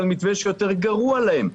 על מתווה שיותר גרוע להם.